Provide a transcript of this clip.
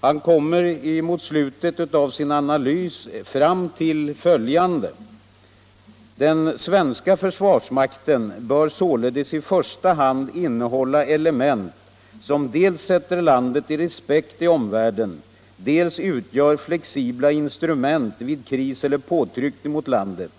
Han kommer mot slutet av sin analys fram till följande bedömning: ”Den svenska försvarsmakten bör således i första hand innehålla element som dels sätter landet i respekt i omvärlden, dels utgör flexibla instrument vid kris eller påtryckning mot landet,